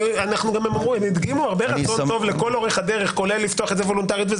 הם גם הדגימו לאורך כל הדרך כולל לפתוח את זה וולונטרית.